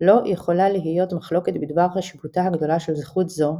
"לא יכולה להיות מחלוקת בדבר חשיבותה הגדולה של זכות זו,